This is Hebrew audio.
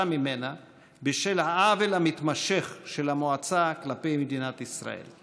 ממנה בשל העוול המתמשך של המועצה כלפי מדינת ישראל.